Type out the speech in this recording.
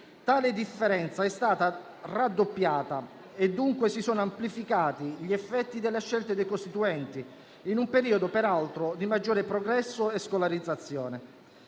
tale differenza è stata raddoppiata e dunque si sono amplificati gli effetti delle scelte dei costituenti, in un periodo peraltro di maggiore progresso e scolarizzazione.